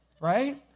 Right